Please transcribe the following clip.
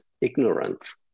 ignorance